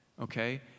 Okay